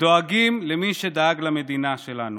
דואגים למי שדאג למדינה שלנו,